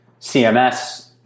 CMS